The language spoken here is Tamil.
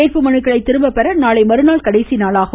வேட்புமனுக்களை திரும்பப் பெற நாளை மறுநாள் கடைசிநாளாகும்